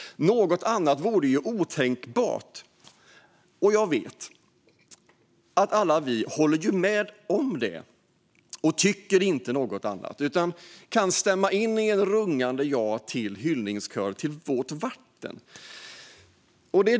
Något annat vore otänkbart. Och jag vet att vi alla håller med om detta och inte tycker något annat utan kan stämma in i en rungande hyllningskör till vårt vatten.